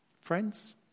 Friends